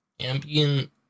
Ambient